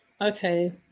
Okay